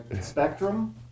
Spectrum